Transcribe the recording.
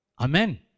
Amen